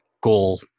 goal